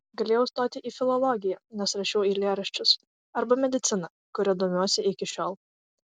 galėjau stoti į filologiją nes rašiau eilėraščius arba mediciną kuria domiuosi iki šiol